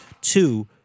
two